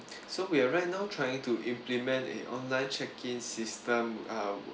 so we are right now trying to implement an online check in system um